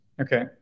Okay